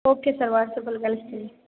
okay sir ವಾಟ್ಸ್ಆ್ಯಪಲ್ಲಿ ಕಳ್ಸ್ತೀನಿ